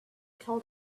told